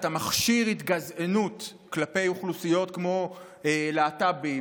כשאתה מכשיר התגזענות כלפי אוכלוסיות כמו להט"ב,